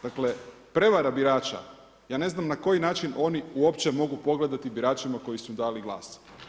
Dakle, prevara birača ja ne znam na koji način oni uopće mogu pogledati biračima koji su im dali glas.